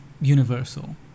universal